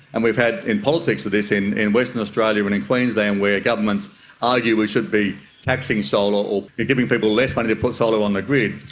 and we've had in politics with this in in western australia and queensland where governments argue we should be taxing solar or giving people less money to put solar on the grid,